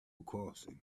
crossing